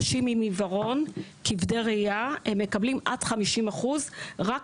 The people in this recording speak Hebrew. אנשים עם כבדי ראייה מקבלים עד 50%; רק